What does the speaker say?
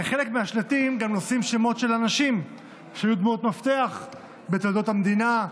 חלק מהשלטים נושאים גם שמות של אנשים שהיו דמויות מפתח בתולדות המדינה,